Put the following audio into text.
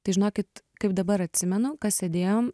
tai žinokit kaip dabar atsimenu kas sėdėjom